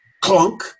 clunk